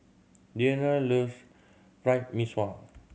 Deanna loves Fried Mee Sua